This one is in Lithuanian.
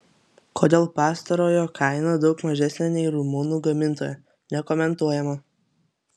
kodėl pastarojo kaina daug mažesnė nei rumunų gamintojo nekomentuojama